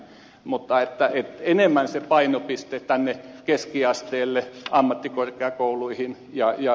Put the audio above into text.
mutta enemmän se painopiste tänne keskiasteelle ammattikorkeakouluihin jnp